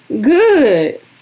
good